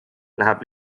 läheb